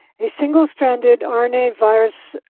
the single-stranded um rna virus.